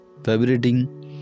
vibrating